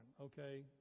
okay